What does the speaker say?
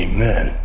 Amen